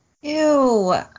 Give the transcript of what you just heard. Ew